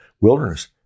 wilderness